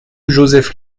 joseph